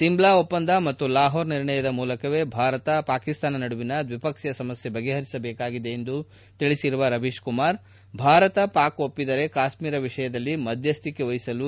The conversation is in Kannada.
ಶಿಮ್ಲಾ ಒಪ್ಪಂದ ಮತ್ತು ಲಾಹೋರ್ ನಿರ್ಣಯದ ಮೂಲಕವೇ ಭಾರತ ಪಾಕಿಸ್ತಾನ ನಡುವಿನ ದ್ವಿಪಕ್ಷೀಯ ಸಮಸ್ನೆ ಬಗೆಹರಿಸಬೇಕಾಗಿದೆ ಎಂದು ತಿಳಿಸಿರುವ ರವೀಶ್ ಕುಮಾರ್ ಭಾರತ ಪಾಕ್ ಒಪ್ಪಿದರೆ ಕಾಶ್ನೀರ ವಿಷಯದಲ್ಲಿ ಮಧ್ಚ್ಚಿಕೆ ವಹಿಸಲು ಸಿದ್ದ